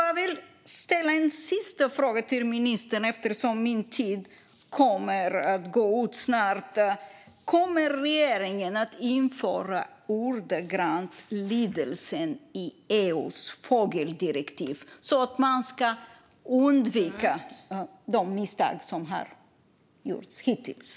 Jag vill ställa en sista fråga till ministern, eftersom min talartid snart går ut: Kommer regeringen att införa den ordagranna lydelsen i EU:s fågeldirektiv så att man kan undvika de misstag som gjorts hittills?